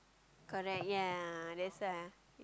correct ya that's why